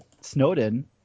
snowden